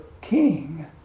king